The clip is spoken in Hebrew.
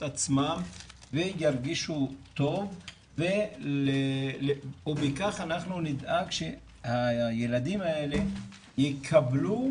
עצמם וירגישו טוב ובכך אנחנו נדאג שהילדים האלה יקבלו